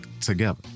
together